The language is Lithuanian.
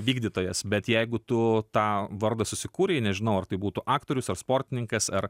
vykdytojas bet jeigu tu tą vardą susikūrei nežinau ar tai būtų aktorius ar sportininkas ar